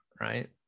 right